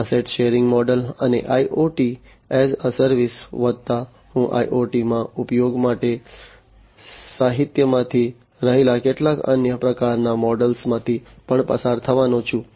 asset sharing model અને IoT as a service વત્તા હું IoT માં ઉપયોગ માટે સાહિત્યમાં રહેલા કેટલાક અન્ય પ્રકારનાં મૉડલ્સમાંથી પણ પસાર થવાનો છું